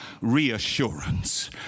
reassurance